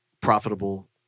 profitable